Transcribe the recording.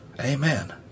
Amen